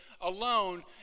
alone